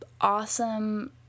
awesome